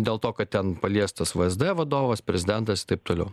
dėl to kad ten paliestas vsd vadovas prezidentas taip toliau